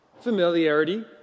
familiarity